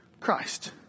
Christ